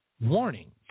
Warning